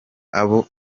abo